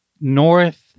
north